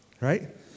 Right